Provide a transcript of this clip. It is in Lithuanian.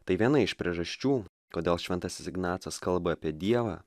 tai viena iš priežasčių kodėl šventasis ignacas kalba apie dievą